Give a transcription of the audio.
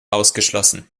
ausgeschlossen